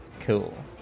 Cool